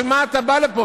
בשביל מה אתה בא לפה,